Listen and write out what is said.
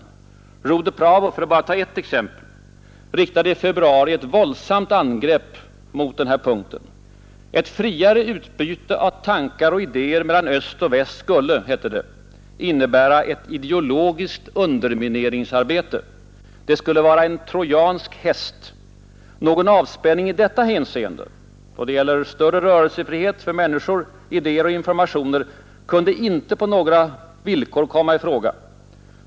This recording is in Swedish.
Rude Pravo — för att bara ta ett exempel — riktade i februari ett våldsamt angrepp mot denna punkt. Ett friare utbyte av tankar och idéer mellan öst och väst skulle — sades det — innebära ”ett ideologiskt undermineringsarbete”. Det skulle vara en ”trojansk häst”. Någon avspänning i detta hänseende — och det gäller större rörelsefrihet för människor, idéer och informationer — kunde inte på några villkor komma i fråga.